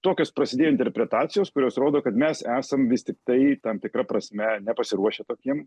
tokios prasidėjo interpretacijos kurios rodo kad mes esam vis tiktai tam tikra prasme nepasiruošę tokiem